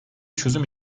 çözüm